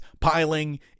piling